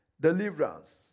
Deliverance